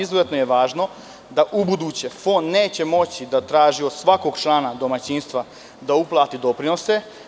Izuzetno je važno da ubuduće Fond neće moći da traži od svakog člana domaćinstva da uplate doprinose.